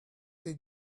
they